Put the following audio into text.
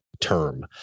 term